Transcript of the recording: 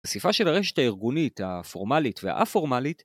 ‫הפסיפה של הרשת הארגונית, ‫הפורמלית והא-פורמלית,